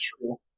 true